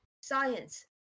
science